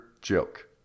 joke